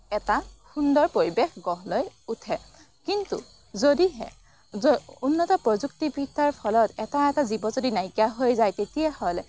এটা সুন্দৰ পৰিৱেশ গঢ় লৈ উঠে কিন্তু যদিহে য উন্নত প্ৰযুক্তিবিদ্যাৰ ফলত এটা এটা জীৱ যদি নাইকিয়া হৈ যায় তেতিয়াহ'লে